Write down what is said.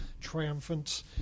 triumphant